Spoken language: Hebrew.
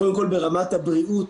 קודם כול, ברמת הבריאות